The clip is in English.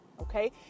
Okay